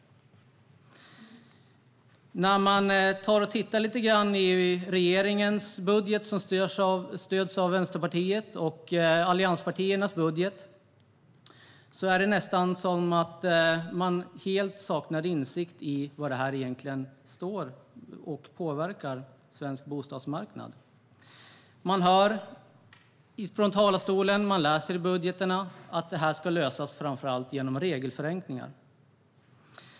När man tittar lite grann i regeringens budget, som stöds av Vänsterpartiet, och allianspartiernas budgetar verkar det nästan som att de helt saknar insikt i hur detta egentligen påverkar svensk bostadsmarknad. Man hör från talarstolen och läser i budgetarna att detta ska lösas framför allt genom regelförenklingar.